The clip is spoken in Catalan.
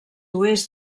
oest